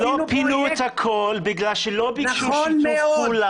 לא פינו את הכול, בגלל שלא ביקשו שיתוף פעולה.